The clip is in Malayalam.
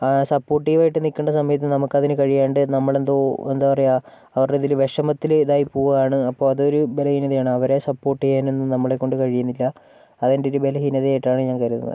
ആ സപ്പോർട്ടീവായിട്ട് നിൽക്കേണ്ട സമയത്ത് നമുക്കതിന് കഴിയാതെ നമ്മളെന്തോ എന്താ പറയുക അവരുടതില് വിഷമത്തില് ഇതായി പോവുകയാണ് അപ്പോൾ അതൊരു ബലഹീനതയാണ് അവരെ സപ്പോർട്ട് ചെയ്യാനൊന്നും നമ്മളെക്കൊണ്ട് കഴിയുന്നില്ല അതെൻ്റെയൊരു ബലഹീനതയായിട്ടാണ് ഞാൻ കരുതുന്നത്